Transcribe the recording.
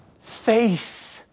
faith